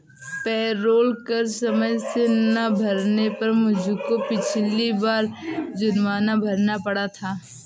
payroll कर समय से ना भरने पर मुझको पिछली बार जुर्माना भरना पड़ा था